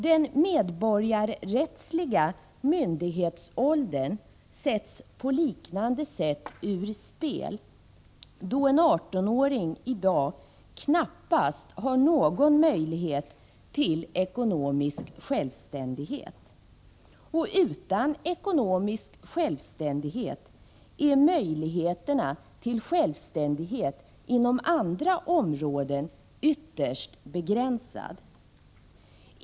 Den medborgarrättsliga myndighetsåldern sätts på liknande vis ur spel då en 18-åring i dag knappast har någon möjlighet till ekonomisk självständighet. Utan ekonomisk självständighet är möjligheterna till självständighet inom andra områden ytterst begränsade.